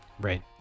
right